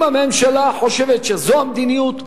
אם הממשלה חושבת שזו המדיניות,